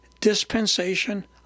dispensation